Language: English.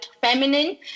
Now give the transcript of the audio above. feminine